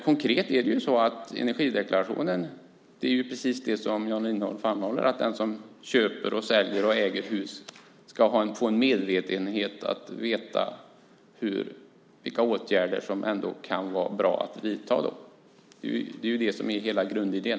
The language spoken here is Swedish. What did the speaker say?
Konkret är det ju så att energideklarationen fungerar precis så som Jan Lindholm framhåller; den som köper, säljer och äger hus ska få en medvetenhet om vilka åtgärder som ändå kan vara bra att vidta. Det är ju det som är hela grundidén.